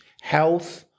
health